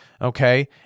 Okay